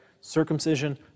circumcision